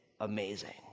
amazing